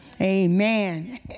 Amen